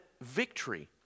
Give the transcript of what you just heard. victory